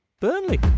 Burnley